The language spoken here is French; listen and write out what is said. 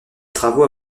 travaux